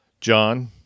John